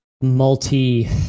multi